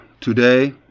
Today